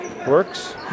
works